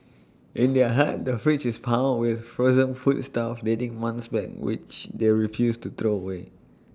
in their hut the fridge is piled with frozen foodstuff dating months back which they refuse to throw away